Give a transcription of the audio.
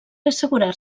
assegurar